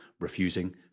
refusing